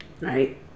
right